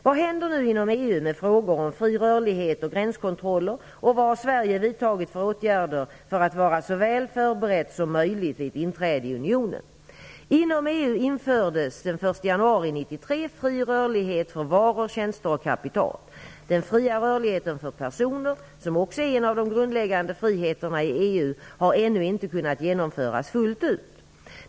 Vad händer nu inom EU med frågor om fri rörlighet och gränskontrolIer, och vad har Sverige vidtagit för åtgärder för att vara så väl förberett som möjligt vid ett inträde i unionen? Inom EU infördes den 1 januari 1993 fri rörlighet för varor, tjänster och kapital. Den fria rörligheten för personer, som också är en av de grundläggande friheterna i EU, har ännu inte kunnat genomföras fullt ut.